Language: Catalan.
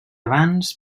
abans